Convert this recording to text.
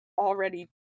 already